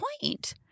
point